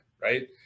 right